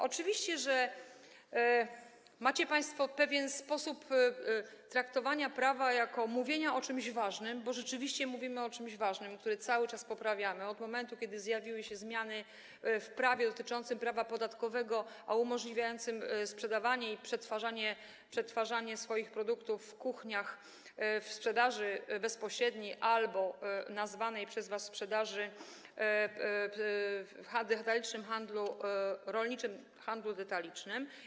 Oczywiście macie państwo pewien sposób traktowania prawa jako mówienia o czymś ważnym, bo rzeczywiście mówimy o czymś ważnym, co jest cały czas poprawiane, od momentu gdy zjawiły się zmiany w prawie dotyczącym prawa podatkowego umożliwiające sprzedawanie i przetwarzanie swoich produktów w kuchniach, w sprzedaży bezpośredniej albo nazywanej tak przez was sprzedaży w rolniczym handlu detalicznym.